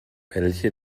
welche